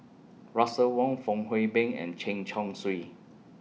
Russel Wong Fong Hoe Beng and Chen Chong Swee